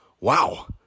Wow